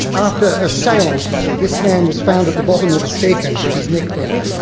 after a seance this man was found at the bottom of a staircase with his neck broken,